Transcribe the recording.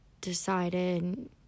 decided